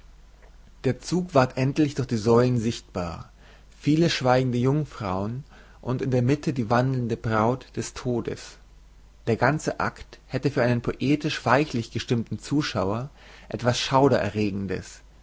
der zug ward endlich durch die säulen sichtbar viele schweigende jungfrauen und in der mitte die wandelnde braut des todes der ganze akt hätte für einen poetisch weichlich gestimmten zuschauer etwas